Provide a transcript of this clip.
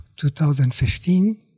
2015